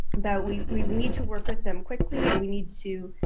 that we we need to work with them quickly. and we need to